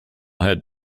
had